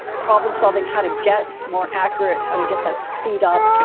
problem-solving how to get more accurate, how to get that speed up,